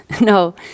no